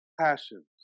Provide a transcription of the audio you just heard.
passions